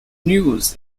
news